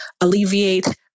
alleviate